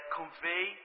convey